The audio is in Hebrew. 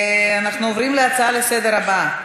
אנחנו עוברים להצעה לסדר-היום הבאה,